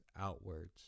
outwards